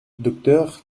docteur